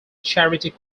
charity